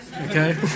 Okay